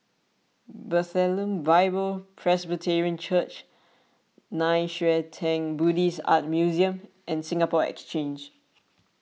Bethlehem Bible Presbyterian Church Nei Xue Tang Buddhist Art Museum and Singapore Exchange